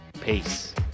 peace